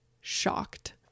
shocked